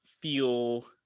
feel